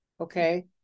okay